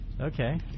Okay